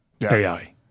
AI